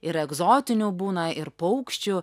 ir egzotinių būna ir paukščių